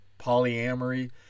polyamory